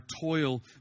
toil